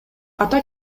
ата